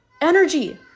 energy